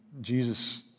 Jesus